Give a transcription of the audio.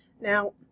Now